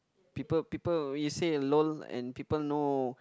people people you say alone and people know